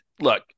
look